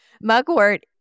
Mugwort